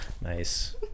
Nice